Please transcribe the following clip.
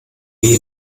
nie